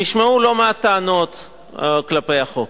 נשמעו לא מעט טענות כלפי החוק.